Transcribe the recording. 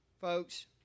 Folks